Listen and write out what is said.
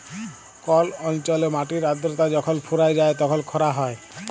call অল্চলে মাটির আদ্রতা যখল ফুরাঁয় যায় তখল খরা হ্যয়